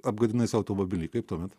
apgadinai sav automobilį kaip tuomet